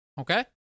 Okay